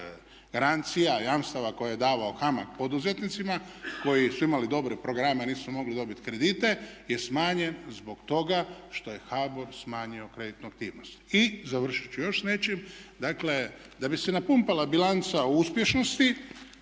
garancija, jamstava koje je davao HAMAG poduzetnicima koji su imali dobre programe a nisu mogli dobiti kredite je smanjen zbog toga što je HBOR smanjio kreditnu aktivnost. I završit ću s još nečim. Dakle da bi se napumpala bilanca uspješnosti